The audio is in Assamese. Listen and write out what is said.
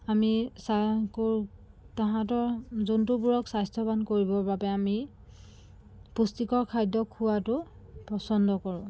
আমি তাহাঁতৰ জন্তুবোৰক স্বাস্থ্যৱান কৰিবৰ বাবে আমি পুষ্টিকৰ খাদ্য খুওৱাটো পচন্দ কৰোঁ